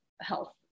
health